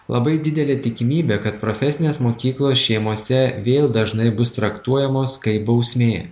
labai didelė tikimybė kad profesinės mokyklos šeimose vėl dažnai bus traktuojamos kaip bausmė